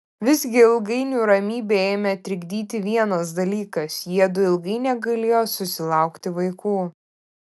visgi ilgainiui ramybę ėmė trikdyti vienas dalykas jiedu ilgai negalėjo susilaukti vaikų